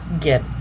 get